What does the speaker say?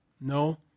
No